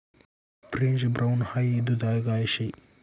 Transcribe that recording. French brown हाई दुधाळ गाय शे